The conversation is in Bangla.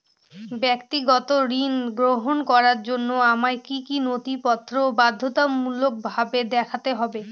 ব্যক্তিগত ঋণ গ্রহণ করার জন্য আমায় কি কী নথিপত্র বাধ্যতামূলকভাবে দেখাতে হবে?